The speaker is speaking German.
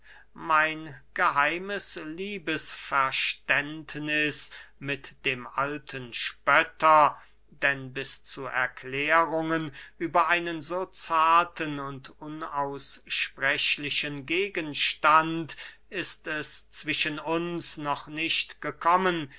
mein geheimes liebesverständniß mit dem alten spötter denn bis zu erklärungen über einen so zarten und unaussprechlichen gegenstand ist es zwischen uns noch nicht gekommen